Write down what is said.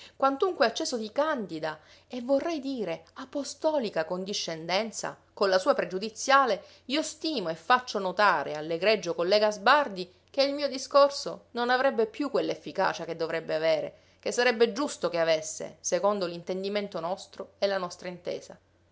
quantunque acceso di candida e vorrei dire apostolica condiscendenza con la sua pregiudiziale io stimo e faccio notare all'egregio collega sbardi che il mio discorso non avrebbe più quell'efficacia che dovrebbe avere che sarebbe giusto che avesse secondo l'intendimento nostro e la nostra intesa